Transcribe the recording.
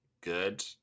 good